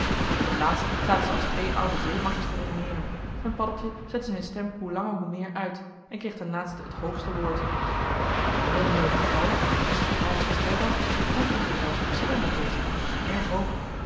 op t laatst zaten ze als twee oude zeemakkers te redeneeren en paddeltje zette zijn stem hoe langer hoe meer uit en kreeg ten laatste het hoogste woord bij een heel moeilijk geval dat de secretaris gesteld had ontstond er zelfs verschil met dezen en erg ook